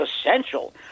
essential